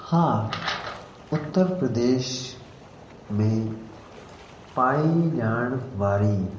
हा उत्तर प्रदेश में पाण ई ॼाणण वारी